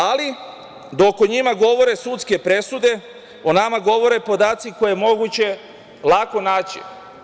Ali, dok o njima govore sudske presude, o nama govore podaci koje je moguće lako naći.